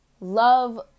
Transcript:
love